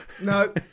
No